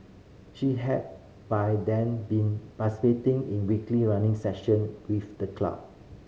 she had by then been participating in weekly running session with the club